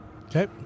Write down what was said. Okay